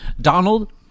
Donald